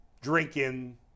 drinking